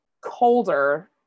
colder